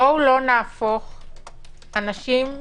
בואו לא נהפוך אנשים,